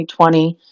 2020